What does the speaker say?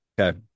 Okay